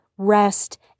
rest